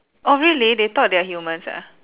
orh really they thought they are humans ah